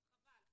אז חבל.